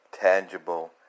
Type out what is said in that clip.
tangible